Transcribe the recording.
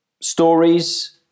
stories